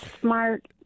smart